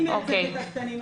אני מייצגת את הקטנים,